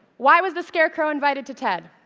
why was the scarecrow invited to ted?